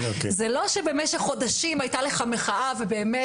זה לא שבמשך חודשים הייתה לך מחאה ובאמת